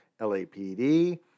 LAPD